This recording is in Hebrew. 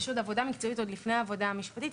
פשוט עבודה מקצועית עוד לפני העבודה המשפטית,